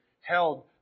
held